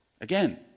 Again